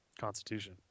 constitution